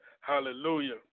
hallelujah